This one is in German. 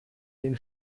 den